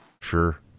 Sure